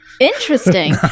Interesting